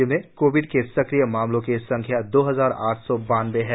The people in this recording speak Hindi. राज्य में कोविड के सक्रिय मामलों की संख्या दो हजार आठ सौ इक्यानबे है